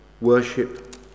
worship